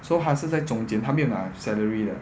so 她是在中间她没有拿 salary 的